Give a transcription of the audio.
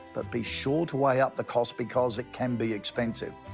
but be sure to weigh up the cost, because it can be expensive.